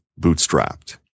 bootstrapped